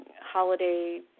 holiday